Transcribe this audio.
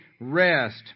rest